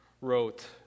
wrote